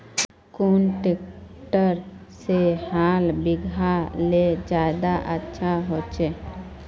कुन ट्रैक्टर से हाल बिगहा ले ज्यादा अच्छा होचए?